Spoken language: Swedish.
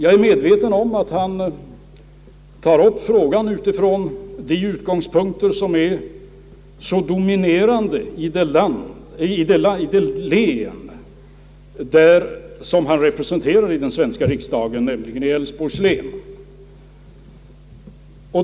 Jag är medveten om att herr Andersson framställde frågan utifrån de utgångspunkter som är så dominerande i det län som han representerar i den svenska riksdagen, nämligen Älsborgs län.